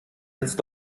jetzt